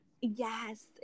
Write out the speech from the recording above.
Yes